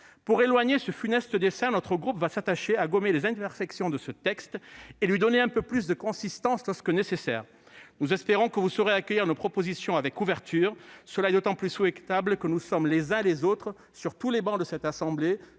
Pour éloigner ce funeste destin, notre groupe s'attachera à gommer les imperfections de ce texte et à lui donner un peu plus de consistance lorsque c'est nécessaire. Nous espérons que vous saurez accueillir nos propositions avec ouverture ; cela est d'autant plus souhaitable que, dans cet hémicycle, nous sommes, les uns et les